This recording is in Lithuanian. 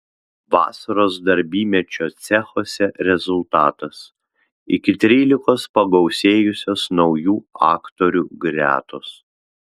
vasaros darbymečio cechuose rezultatas iki trylikos pagausėjusios naujų aktorių gretos